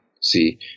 see